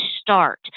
start